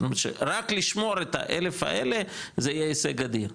זאת אומרת שרק לשמור את האלף האלה זה יהיה הישג אדיר שאז,